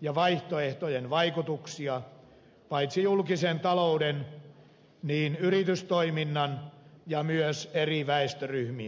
ja vaihtoehtojen vaikutuksia paitsi julkisen talouden niin myös yritystoiminnan ja eri väestöryhmien kannalta